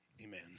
Amen